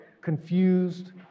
confused